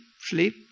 sleep